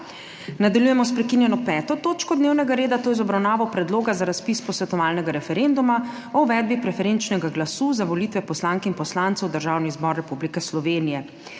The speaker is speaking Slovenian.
Nadaljujemo s prekinjeno 5. točko dnevnega reda, to je z obravnavo Predloga za razpis posvetovalnega referenduma o uvedbi preferenčnega glasu za volitve poslank in poslancev v Državni zbor Republike Slovenije.